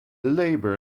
labor